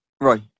Right